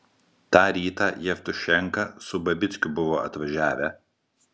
tą rytą jevtušenka su babickiu buvo atvažiavę